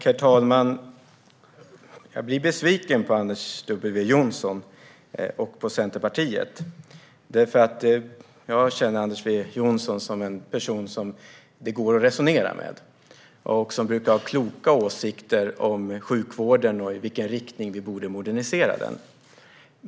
Herr talman! Jag blir besviken på Anders W Jonsson och på Centerpartiet. Jag känner Anders W Jonsson som en person som det går att resonera med och som brukar ha kloka åsikter om sjukvården och i vilken riktning vi borde modernisera den.